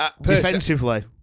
defensively